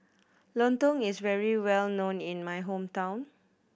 lontong is very well known in my hometown